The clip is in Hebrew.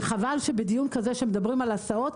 וחבל שבדיון כזה שמדברים על הסעות,